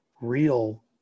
real